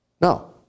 No